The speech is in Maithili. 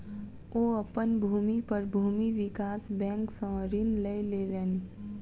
ओ अपन भूमि पर भूमि विकास बैंक सॅ ऋण लय लेलैन